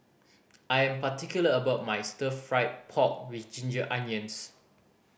I am particular about my Stir Fried Pork With Ginger Onions